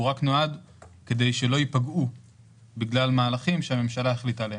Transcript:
הוא רק נועד כדי שהן לא ייפגעו בגלל המהלכים שהממשלה החליטה עליהם.